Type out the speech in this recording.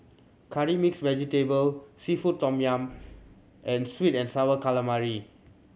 Curry Mixed Vegetable seafood tom yum and sweet and Sour Calamari